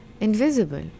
invisible